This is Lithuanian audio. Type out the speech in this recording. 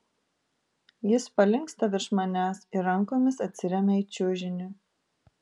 jis palinksta virš manęs ir rankomis atsiremia į čiužinį